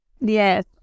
Yes